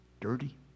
dirty